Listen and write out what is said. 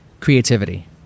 Creativity